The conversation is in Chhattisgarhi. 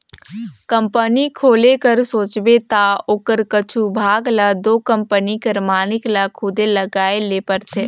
कंपनी खोले कर सोचबे ता ओकर कुछु भाग ल दो कंपनी कर मालिक ल खुदे लगाए ले परथे